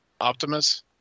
Optimus